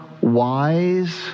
wise